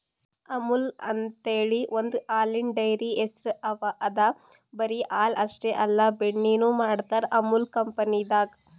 ಅಮುಲ್ ಅಂಥೇಳಿ ಒಂದ್ ಹಾಲಿನ್ ಡೈರಿ ಹೆಸ್ರ್ ಅದಾ ಬರಿ ಹಾಲ್ ಅಷ್ಟೇ ಅಲ್ಲ ಬೆಣ್ಣಿನು ಮಾಡ್ತರ್ ಅಮುಲ್ ಕಂಪನಿದಾಗ್